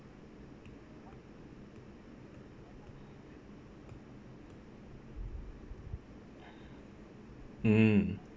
mm